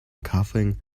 coughing